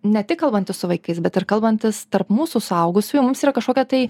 ne tik kalbantis su vaikais bet ir kalbantis tarp mūsų suaugusiųjų mums yra kažkokia tai